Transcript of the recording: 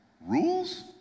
rules